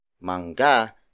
Manga